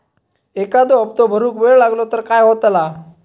एखादो हप्तो भरुक वेळ लागलो तर काय होतला?